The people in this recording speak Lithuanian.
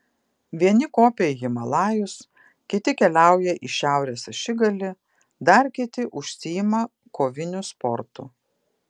vieni kopia į himalajus kiti keliauja į šiaurės ašigalį dar kiti užsiima koviniu sportu